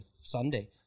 Sunday